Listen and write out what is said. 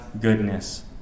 goodness